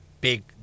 big